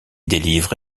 délivre